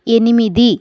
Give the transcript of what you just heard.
ఎనిమిది